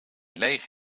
leeg